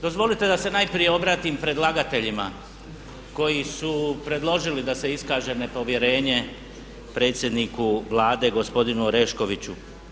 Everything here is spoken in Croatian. Dozvolite da se najprije obratim predlagateljima koji su predložili da se iskaže nepovjerenje predsjedniku Vlade gospodinu Oreškoviću.